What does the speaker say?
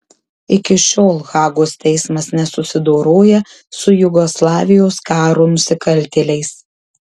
iki šiol hagos teismas nesusidoroja su jugoslavijos karo nusikaltėliais